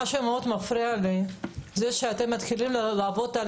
מה שמפריע לי מאוד הוא שאתם מתחילים לעבוד על